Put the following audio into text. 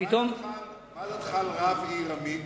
פתאום, תגיד, מה דעתך על רב עיר עמית?